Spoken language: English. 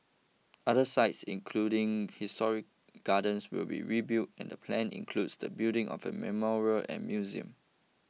other sites including history gardens will be rebuilt and the plan includes the building of a memorial and museum